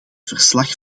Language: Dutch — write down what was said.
verslag